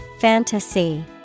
Fantasy